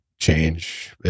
change